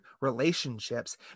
relationships